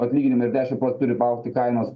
atlyginimai ir dešim pro turi paaugti kainos